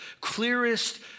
clearest